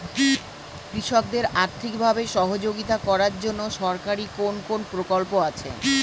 কৃষকদের আর্থিকভাবে সহযোগিতা করার জন্য সরকারি কোন কোন প্রকল্প আছে?